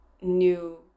new